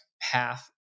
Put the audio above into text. path